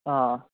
ꯑꯥ